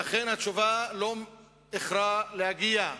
ואכן, התשובה לא איחרה להגיע,